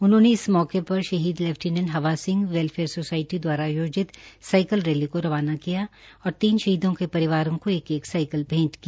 उनहोंने इस मौके पर शहीद lieutenant Hawa Singh welfare society द्वारा आयोजित साईकल रैली को रवाना किया और तीन शहीदों के परिवारों को एक एक साईकल भेंट की